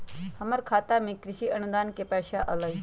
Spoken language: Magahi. हमर खाता में कृषि अनुदान के पैसा अलई?